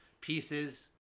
pieces